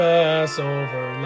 Passover